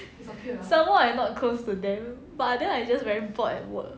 some more I not close to them but then I just very bored at work